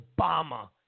Obama